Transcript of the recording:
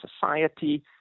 society